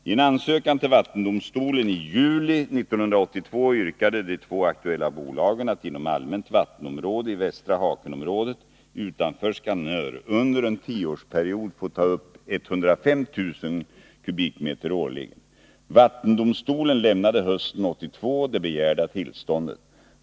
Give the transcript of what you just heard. I en ansökan till vattendomstolen i juli 1982 yrkade de två aktuella bolagen att inom allmänt vattenområde i Västra Haken-området utanför Skanör under en tioårsperiod få ta upp 105000 m? årligen. Vattendomstolen lämnade hösten 1982 det begärda tillståndet.